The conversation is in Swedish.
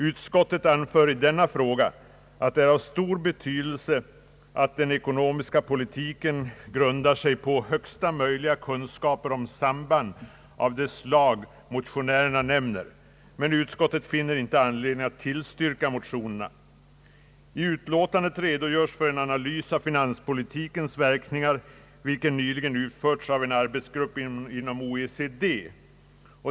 Utskottet anför i denna fråga att det är av stor betydelse att den ekonomiska politiken grundar sig på största möjliga kunskap om samband av det slag motionärerna nämner men finner inte anledning att tillstyrka motionerna. I utlåtandet redogörs för en analys av finanspolitikens verkningar vilken nyligen har utförts av en arbetsgrupp inom OECD.